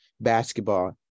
basketball